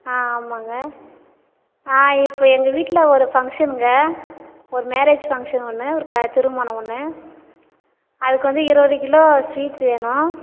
ஆ ஆமாம்ங்க இப்போ எங்கள் வீட்டில் ஒரு ஃபங்க்ஷன்ங்க ஒரு மேரேஜ் ஃபங்க்ஷன் ஒன்று ஒரு க திருமணம் ஒன்று அதுக்கு வந்து இருபது கிலோ ஸ்வீட்ஸ் வேணும்